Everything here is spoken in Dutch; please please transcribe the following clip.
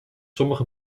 sommige